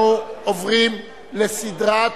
אנחנו עוברים לסדרת